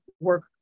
work